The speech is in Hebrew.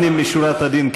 לפני משורת הדין,